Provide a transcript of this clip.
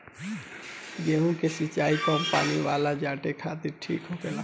गेंहु के सिंचाई कम पानी वाला जघे खातिर ठीक होखेला